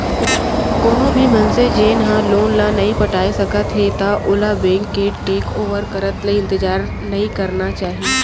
कोनो भी मनसे जेन ह लोन ल नइ पटाए सकत हे त ओला बेंक के टेक ओवर करत ले इंतजार नइ करना चाही